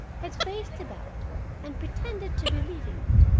had faced about and pretended to be leaving it?